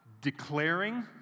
Declaring